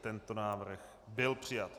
Tento návrh byl přijat.